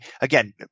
again